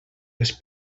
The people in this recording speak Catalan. les